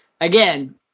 Again